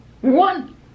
One